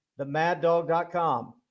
themaddog.com